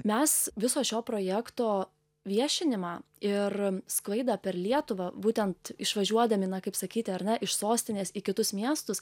mes viso šio projekto viešinimą ir sklaidą per lietuvą būtent išvažiuodami na kaip sakyti ar ne iš sostinės į kitus miestus